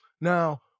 Now